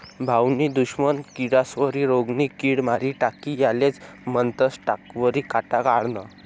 भाऊनी दुश्मन किडास्वरी रोगनी किड मारी टाकी यालेज म्हनतंस काटावरी काटा काढनं